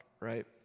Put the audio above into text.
right